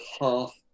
half